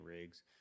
rigs